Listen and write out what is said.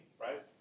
right